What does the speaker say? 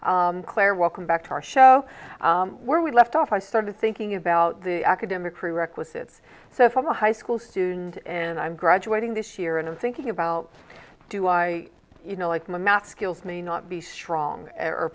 claire welcome back to our show where we left off i started thinking about the academic crew requisites so if i'm a high school student and i'm graduating this year and i'm thinking about do i you know like my math skills may not be strong